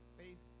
faith